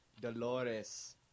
dolores